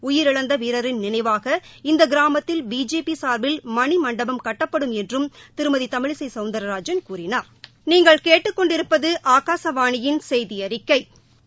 உயிரிழந்த வீரரின் நினைவாக இந்த கிராமத்தில் பிஜேபி சார்பில் மணிமண்டபம் கட்டப்படும் என்றும் திருமதி தமிழிசை சௌந்தா்ராஜன் கூறினாா்